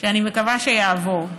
שאני מקווה שיעבור,